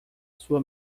sua